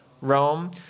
Rome